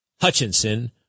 Hutchinson